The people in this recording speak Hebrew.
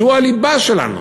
זאת הליבה שלנו.